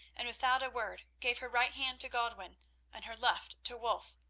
and without a word gave her right hand to godwin and her left to wulf,